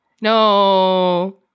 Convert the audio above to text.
no